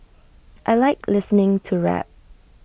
I Like listening to rap